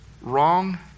wrong